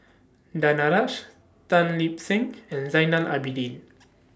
Danaraj Tan Lip Seng and Zainal Abidin